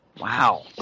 Wow